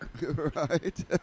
Right